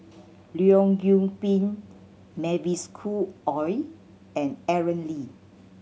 Leong Yoon Pin Mavis Khoo Oei and Aaron Lee